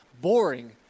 boring